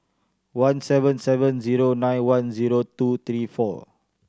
one seven seven zero nine one zero two three four